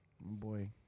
boy